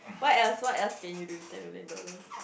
what else what else can you do with ten million dollars